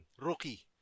rookie